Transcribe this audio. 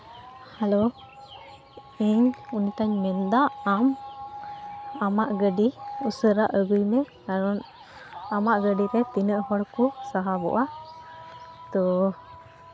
hello ᱤᱧ ᱚᱱᱤᱛᱟᱧ ᱢᱮᱱᱫᱟ ᱟᱢ ᱟᱢᱟᱜ ᱜᱟᱹᱰᱤ ᱩᱥᱟᱹᱨᱟ ᱟᱹᱜᱩᱭ ᱢᱮ ᱠᱟᱨᱚᱱ ᱟᱢᱟᱜ ᱜᱟᱹᱰᱤᱨᱮ ᱛᱤᱱᱟᱹᱜ ᱦᱚᱲ ᱠᱚ ᱥᱟᱦᱚᱵᱚᱜᱼᱟ ᱛᱚ